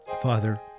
Father